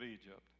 Egypt